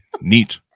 Neat